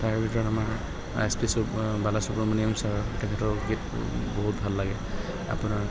তাৰ ভিতৰত আমাৰ এছ পি চু বালা চুব্ৰমণিয়াম ছাৰ তেখেতৰ গীত বহুত ভাল লাগে আপোনাৰ